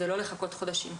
ולא לחכות חודשים.